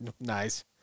nice